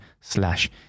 slash